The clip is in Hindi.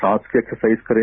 सांस की एक्सरसाइज करें